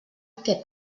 què